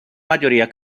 mayoría